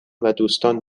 ودوستان